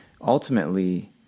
ultimately